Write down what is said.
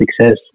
success